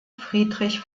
friedrich